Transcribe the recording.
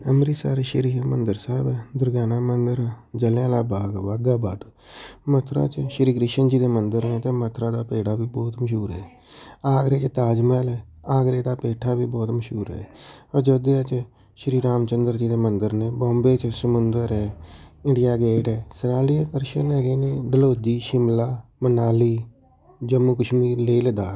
ਅੰਮ੍ਰਿਤਸਰ ਸ਼੍ਰੀ ਹਰਿਮੰਦਰ ਸਾਹਿਬ ਦੁਰਗਿਆਨਾ ਮੰਦਿਰ ਜਲ੍ਹਿਆਂਵਾਲਾ ਬਾਗ ਬਾਘਾ ਬਾਰਡਰ ਮਥੁਰਾ 'ਚ ਸ਼੍ਰੀ ਕ੍ਰਿਸ਼ਨ ਜੀ ਦੇ ਮੰਦਿਰ ਨੇ ਅਤੇ ਮਥੁਰਾ ਦਾ ਪੇੜਾ ਵੀ ਬਹੁਤ ਮਸ਼ਹੂਰ ਹੈ ਆਗਰੇ 'ਚ ਤਾਜ ਮਹਿਲ ਹੈ ਆਗਰੇ ਦਾ ਪੇਠਾ ਵੀ ਬਹੁਤ ਮਸ਼ਹੂਰ ਹੈ ਆਯੋਧਿਆ 'ਚ ਸ਼੍ਰੀ ਰਾਮ ਚੰਦਰ ਜੀ ਦੇ ਮੰਦਿਰ ਨੇ ਬੋਮਬੇ ਚ ਸਮੁੰਦਰ ਹੈ ਇੰਡੀਆ ਗੇਟ ਹੈ ਸੈਲਾਨੀ ਆਕਰਸ਼ਣ ਹੈਗੇ ਨੇ ਡਲਹੋਜ਼ੀ ਸ਼ਿਮਲਾ ਮਨਾਲੀ ਜੰਮੂ ਕਸ਼ਮੀਰ ਲੇਹ ਲੱਦਾਖ